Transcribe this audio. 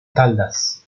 caldas